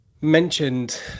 mentioned